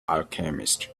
alchemists